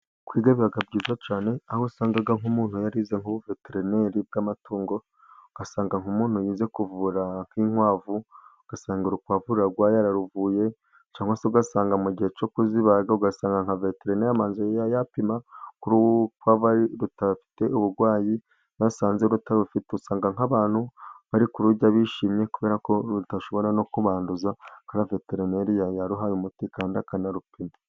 Kwiga bibabyiza cyane aho usanga nk'umuntu yarize nk'ubuveterineri bw'amatungo ugasanga nk'umuntu yize kuvura nk'inkwavu ugasanga urupavuro rugwa yararuvuye cyangwamoso uga asanga mu gihe cyo kuzibaga ugasanga nkaveterina'amazu yayapimahu kw'aba rutafite uburwayi basanze rutarufite usanga nk'abantu bari kururya bishimye kubera ko rudashobora no kubanduza kubera veterineri yaruhaye umuti akanarupima.